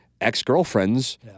ex-girlfriends